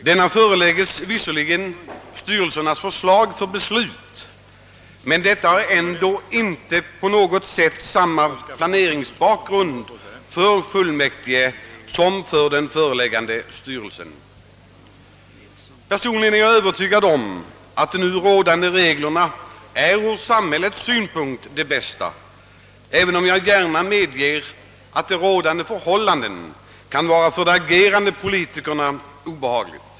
Denna förelägges visserligen styrelsens förslag för beslut, men den har ändå inte alls samma planeringsbakgrund som styrelsen. Personligen är jag övertygad om att gällande regler är ur samhällets synpunkt de bästa, även om jag gärna medger att de kan medföra obehagliga förhållanden för de agerande politikerna.